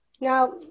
now